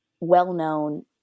well-known